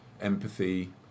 empathy